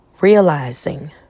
Realizing